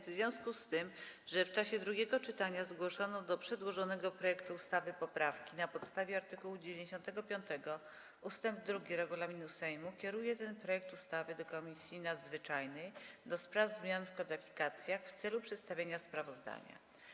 W związku z tym, że w czasie drugiego czytania zgłoszono do przedłożonego projektu ustawy poprawki, na podstawie art. 95 ust. 2 regulaminu Sejmu kieruję ten projekt ustawy do Komisji Nadzwyczajnej do spraw zmian w kodyfikacjach w celu przedstawienia sprawozdania.